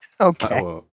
Okay